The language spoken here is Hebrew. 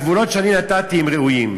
הגבולות שנתתי הם ראויים.